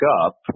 up